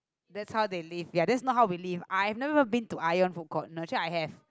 that's how they live ya that's not how we live I've never been to Ion food court no actually I have